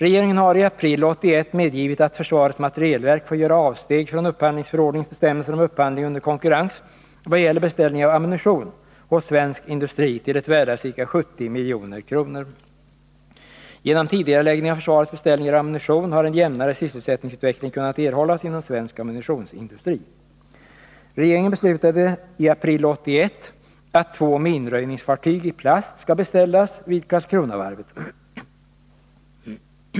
Regeringen har i april 1981 medgivit att försvarets materielverk får göra avsteg från upphandlingsförordningens bestämmelser om upphandling under konkurrens vad gäller beställning av ammunition hos svensk industri till ett värde av ca 70 milj.kr. Genom tidigareläggning av försvarets beställningar av ammunition har en jämnare sysselsättningsutveckling kunnat erhållas inom svensk ammunitionsindustri. Regeringen beslutade i april 1981 att två minröjningsfartyg i plast skall beställas vid Karlskronavarvet.